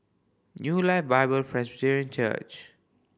New Life Bible Church